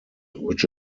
which